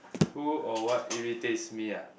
who or what irritates me ah